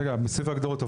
רגע, סעיף ההגדרות.